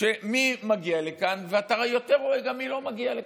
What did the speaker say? מי מגיע לכאן, ואתה יותר רואה מי לא מגיע לכאן.